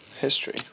history